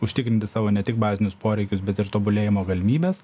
užtikrinti savo ne tik bazinius poreikius bet ir tobulėjimo galimybes